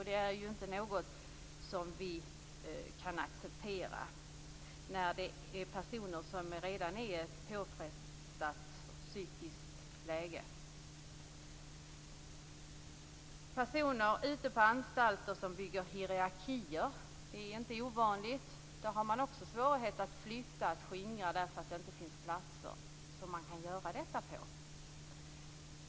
Det är inte något som vi kan acceptera när det gäller personer som redan är i ett påfrestat psykiskt läge. Det är inte ovanligt att personer ute på anstalter bygger hierarkier. Man har också svårigheter att flytta och skingra dessa personer därför att det inte finns platser som man kan flytta dem till.